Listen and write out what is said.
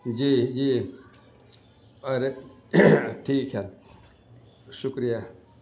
جی جی ارے ٹھیک ہے شکریہ